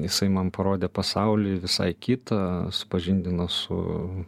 jisai man parodė pasaulį visai kitą supažindino su